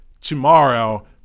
tomorrow